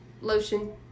lotion